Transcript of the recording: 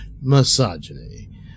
Misogyny